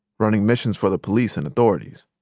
running missions for the police and authorities.